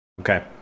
okay